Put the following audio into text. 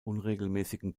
unregelmäßigen